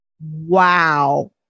wow